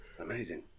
Amazing